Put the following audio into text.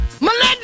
Melinda